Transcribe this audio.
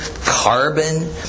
carbon